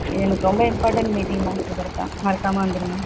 எனக்கு ரொம்ப இம்பார்டன்ட் மீட்டிங்கனா ஸோ மறக்காமல் வந்துருங்க